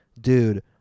Dude